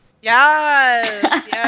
Yes